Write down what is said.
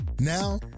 Now